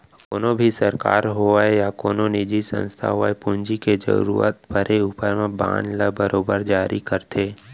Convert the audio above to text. कोनों भी सरकार होवय या कोनो निजी संस्था होवय पूंजी के जरूरत परे ऊपर म बांड ल बरोबर जारी करथे